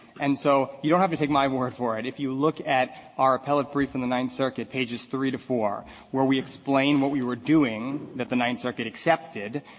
and so you don't have to take my word for it. if you look at appellate brief in the ninth circuit pages three to four where we explain what we were doing that the ninth circuit accepted,